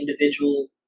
individual